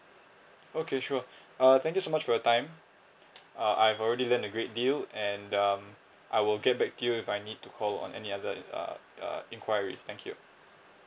okay sure uh thank you so much for your time uh I've already learned a great deal and um I will get back to you if I need to call on any other uh uh inquiries thank you